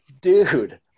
dude